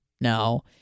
No